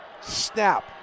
Snap